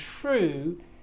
true